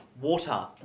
water